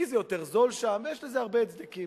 כי יותר זול שם ויש לזה הרבה הצדקים.